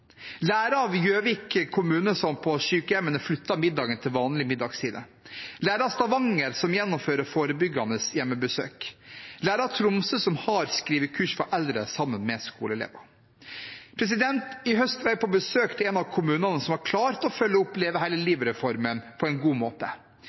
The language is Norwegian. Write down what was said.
av Gjøvik kommune, som på sykehjemmene flyttet middagen til vanlige middagstider, man kan lære av Stavanger, som gjennomfører forebyggende hjemmebesøk, og man kan lære av Tromsø, som har skrivekurs for eldre sammen med skoleelever. I høst var jeg på besøk hos en av kommunene som har klart å følge opp Leve